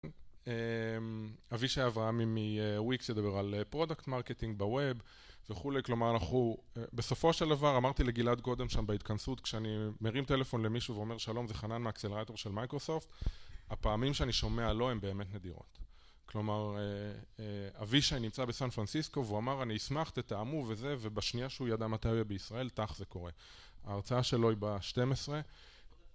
אבישי אברהמי מוויקס, ידבר על פרודקט מרקטינג בווב וכולי. כלומר, אנחנו, בסופו של דבר, אמרתי לגלעד קודם שם בהתכנסות, כשאני מרים טלפון למישהו ואומר שלום, זה חנן מהאקסלרייטר של מייקרוסופט, הפעמים שאני שומע לא, הן באמת נדירות. כלומר, אבישי נמצא בסן פרנסיסקו, והוא אמר, אני אשמח, תתאמו וזה, ובשנייה שהוא ידע מתי הוא יהיה בישראל, טאח, זה קורה. ההרצאה שלו היא ב-12.